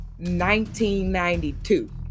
1992